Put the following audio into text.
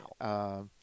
Wow